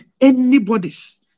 anybody's